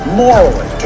morally